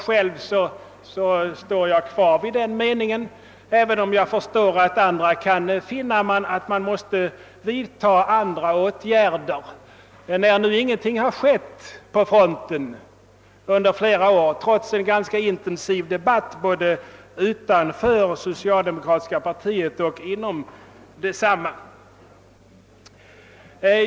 Själv står jag också kvar vid den uppfattningen, även om jag förstår dem som tycker att man måste vidta andra åtgärder, när nu ingenting har skett på denna front under flera år trots en ganska intensiv debatt både inom och utom det socialdemokratiska partiet.